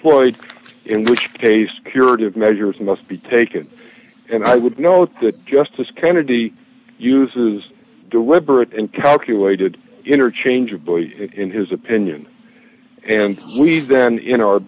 ploy in which case curative measures must be taken and i would note that justice kennedy uses deliberate and calculated interchangeably in his opinion and we've then in our